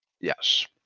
Yes